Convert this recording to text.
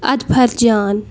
اَدفَر جان